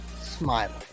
smiling